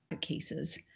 cases